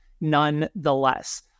nonetheless